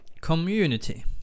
community